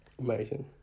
amazing